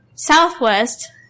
Southwest